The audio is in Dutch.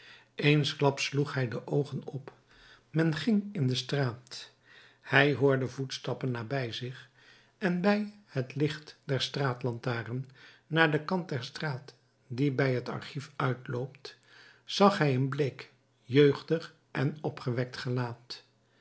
eensklaps sloeg hij de oogen op men ging in de straat hij hoorde voetstappen nabij zich en bij het licht der straatlantaarn naar den kant der straat die bij het archief uitloopt zag hij een bleek jeugdig en opgewekt gelaat